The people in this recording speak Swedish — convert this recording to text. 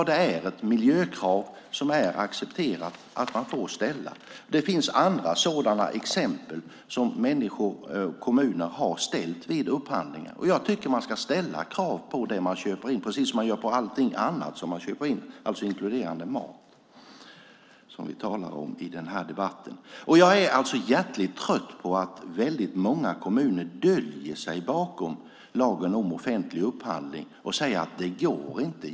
Det är ett miljökrav som är accepterat, det får man ställa. Det finns andra exempel på krav som människor och kommuner har ställt vid upphandlingar. Och jag tycker att man ska ställa krav på det man köper in, precis som man gör på allting annat som man köper in, inkluderande mat som vi talar om i den här debatten. Jag är hjärtligt trött på att väldigt många kommuner döljer sig bakom lagen om offentlig upphandling och säger att det inte går.